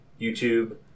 youtube